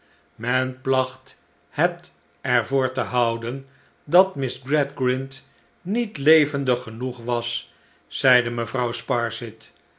men placht het er voor te houden dat miss gradgrind niet levendig genoeg was zeide mevrouw sparsit